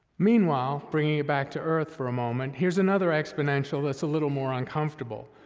meanwhile, bringing you back to earth for a moment, here's another exponential that's a little more uncomfortable.